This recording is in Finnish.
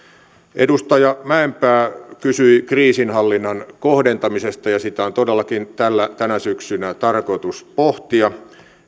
edustaja mäkipää kysyi kriisinhallinnan kohdentamisesta sitä on todellakin tänä syksynä tarkoitus pohtia